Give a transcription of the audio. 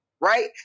Right